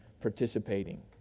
participating